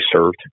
served